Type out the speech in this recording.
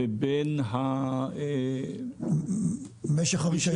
לבין -- משך הרישיון.